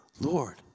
Lord